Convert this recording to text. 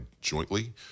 jointly